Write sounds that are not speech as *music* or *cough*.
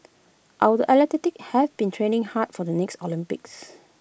our the *unintelligible* have been training hard for the next Olympics